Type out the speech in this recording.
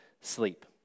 sleep